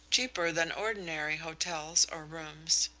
cheaper than ordinary hotels or rooms.